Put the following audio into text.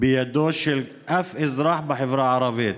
בידו של כל אזרח בחברה הערבית,